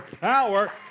power